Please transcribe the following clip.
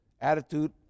attitude